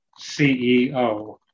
CEO